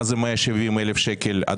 מה זה 170,000 שקלים.